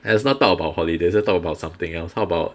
let's not talk about holidays let's talk about something else how about